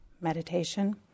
meditation